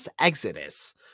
exodus